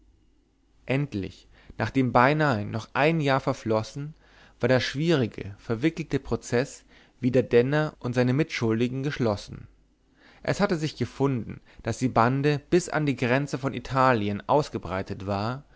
endlich nachdem beinahe noch ein jahr verflossen war der schwierige verwickelte prozeß wider denner und seine mitschuldigen geschlossen es hatte sich gefunden daß die bande bis an die grenze von italien ausgebreitet war